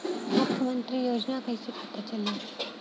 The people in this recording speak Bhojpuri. मुख्यमंत्री योजना कइसे पता चली?